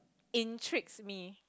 intrigues me